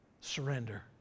Surrender